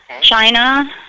China